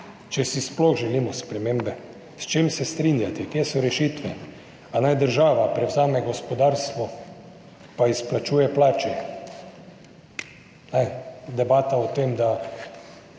če si sploh želimo spremembe. S čim se strinjate? Kje so rešitve? Ali naj država prevzame gospodarstvo in izplačuje plače?